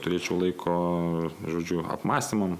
turėčiau laiko žodžiu apmąstymam